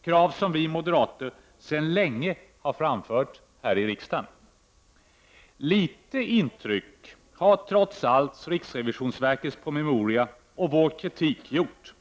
är krav som vi moderater sedan länge har framfört här i riksdagen. Litet intryck har trots allt riksrevisionsverkets promemoria och vår kritik gjort.